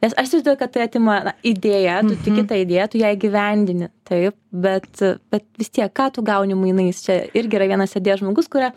nes aš įsivaizduoju kad tai atima na idėja tu tiki ta idėja tu ją įgyvendini taip bet bet vis tiek ką tu gauni mainais čia irgi yra vienas sėdėjęs žmogus kurią